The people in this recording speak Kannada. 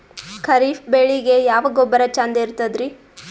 ಖರೀಪ್ ಬೇಳಿಗೆ ಯಾವ ಗೊಬ್ಬರ ಚಂದ್ ಇರತದ್ರಿ?